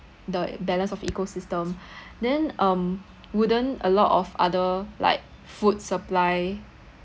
the balance of ecosystem then um wouldn't a lot of other like food supply